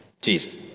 Jesus